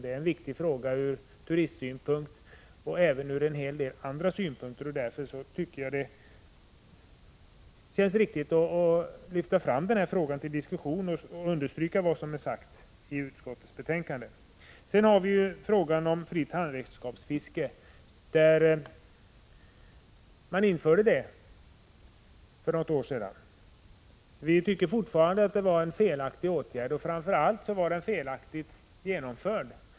Det är en viktig fråga från turistsynpunkt och även från en hel del andra synpunkter. Därför känns det riktigt att lyfta fram den här frågan till diskussion och understryka vad som är sagt i utskottets betänkande. Sedan har vi frågan om fritt handredskapsfiske. Man införde fritt handredskapsfiske för något år sedan. Vi tycker fortfarande att det var en felaktig åtgärd och att den framför allt var felaktigt genomförd.